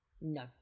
No